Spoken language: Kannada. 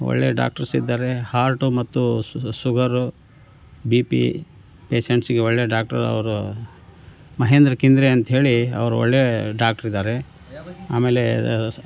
ಒಳ್ಳೆಯ ಡಾಕ್ಟರ್ಸ್ ಇದ್ದಾರೆ ಹಾರ್ಟು ಮತ್ತು ಶುಗರು ಬಿ ಪಿ ಪೆಶೆಂಟ್ಸಿಗೆ ಒಳ್ಳೆಯ ಡಾಕ್ಟ್ರ್ ಅವರು ಮಹೇಂದ್ರ ಕಿಂದ್ರೆ ಅಂತ ಹೇಳಿ ಅವರು ಒಳ್ಳೆಯ ಡಾಕ್ಟ್ರ್ ಇದ್ದಾರೆ ಆಮೇಲೆ